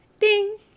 Ding